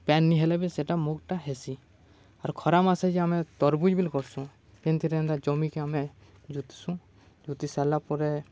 ପାନ୍ ନାଇଁ ହେଲେ ବି ସେଟା ମୁଗ୍ଟା ହେସି ଆର୍ ଖରାମାସେ ଯେ ଆମେ ତରଭୁଜ୍ ବୋଲି କରସୁଁ ଯେନ୍ଥିରେ ଜମିିକି ଆମେ ଜୁତିସୁଁ ଜୁତି ସାରିଲା ପରେ